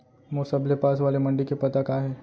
मोर सबले पास वाले मण्डी के पता का हे?